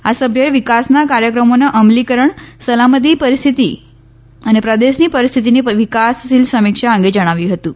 આ સભ્યોએ વિકાસના કાર્યક્રમોના અમલીકરણ સલામતી પરિસ્થિતિ અને પ્રદેશની પરિસ્થિતિની વિકાસશીલ સમીક્ષા અંગે જણાવ્યું હતું